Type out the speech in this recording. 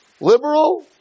Liberal